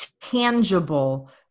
tangible